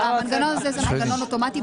המנגנון הזה הוא מנגנון אוטומטי,